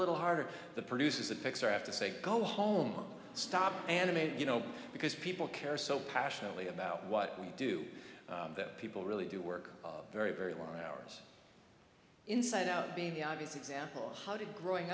little harder the produces a picture i have to say go home stop animate you know because people care so passionately about what we do that people really do work very very long hours inside out being the obvious example how did growing